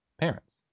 parents